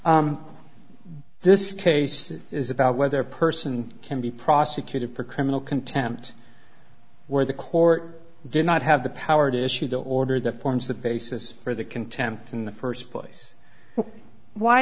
so this case is about whether a person can be prosecuted for criminal contempt where the court did not have the power to issue the order that forms the basis for the contempt in the first place why